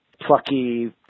plucky